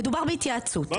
מדובר בהתייעצות.